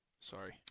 Sorry